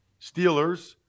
Steelers